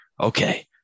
okay